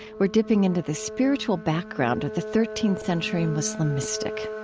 we're dipping into the spiritual background of the thirteenth century muslim mystic.